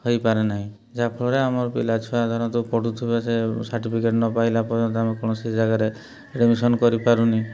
ହେଇପାରେ ନାହିଁ ଯାହାଫଳରେ ଆମର ପିଲା ଛୁଆ ଧରନ୍ତୁ ପଢ଼ୁଥିବା ସେ ସାର୍ଟିଫିକେଟ୍ ନ ପାଇଲା ପର୍ଯ୍ୟନ୍ତ ଆମେ କୌଣସି ଜାଗାରେ ଆଡ଼ମିସନ୍ କରିପାରୁନି